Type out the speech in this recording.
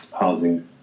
housing